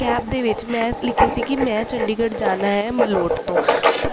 cab ਦੇ ਵਿੱਚ ਮੈਂ ਲਿਖਿਆ ਸੀ ਕਿ ਮੈਂ ਚੰਡੀਗੜ੍ਹ ਜਾਣਾ ਹੈ ਮਲੋਟ ਤੋਂ ਪਰ